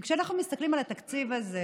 כי כשאנחנו מסתכלים על התקציב הזה,